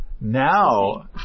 Now